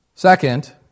Second